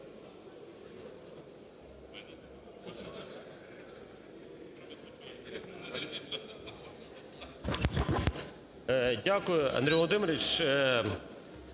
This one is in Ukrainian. Дякую, Андрій Володимирович.